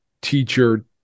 teacher